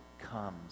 comes